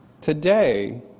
today